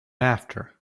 after